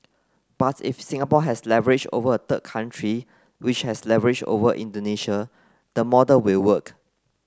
but if Singapore has leverage over a third country which has leverage over Indonesia the model will work